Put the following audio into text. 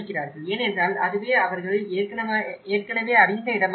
ஏனென்றால் அதுவே அவர்கள் ஏற்கனவே அறிந்த இடமாக இருக்கிறது